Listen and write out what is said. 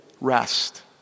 rest